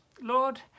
Lord